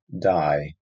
die